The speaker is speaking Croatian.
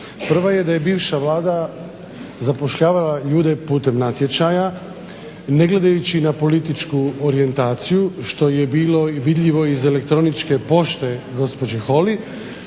Prva je da je bivša Vlada zapošljavala ljude putem natječaja ne gledajući na političku orijentaciju što je bilo vidljivo iz elektroničke pošte gospođe Holy.